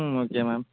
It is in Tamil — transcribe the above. ம் ஓகே மேம்